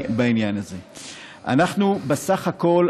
אנחנו בסך הכול,